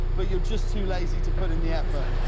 but you're just too lazy to put in the effort.